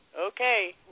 Okay